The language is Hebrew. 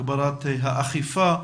הגברת האכיפה.